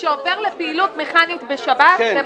"שעובר לפעילות מכנית בשבת ---"?